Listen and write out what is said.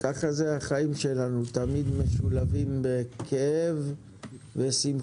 כך זה החיים שלנו תמיד משולבים בכאב ובשמחה,